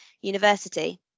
university